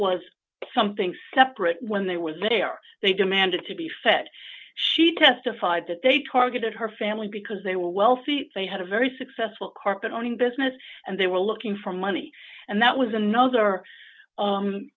was something separate when they were there they and to be fed she testified that they targeted her family because they were wealthy they had a very successful carpet owning business and they were looking for money and that was another